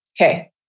Okay